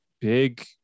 big